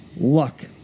luck